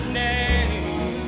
name